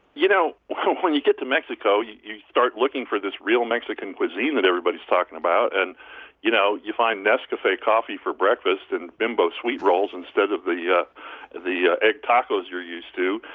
you know so when you get to mexico, you you start looking for this real mexican cuisine that everybody is talking about. and you know you find nescafe coffee for breakfast and bimbo sweet rolls instead of the yeah the egg tacos you're used to.